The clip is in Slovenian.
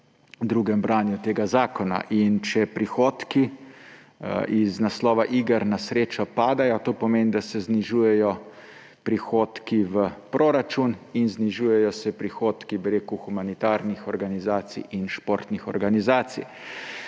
drugem branju tega zakona. In če prihodki z naslova iger na srečo padajo, to pomeni, da se znižujejo prihodki v proračun in znižujejo se prihodki humanitarnih in športnih organizacij.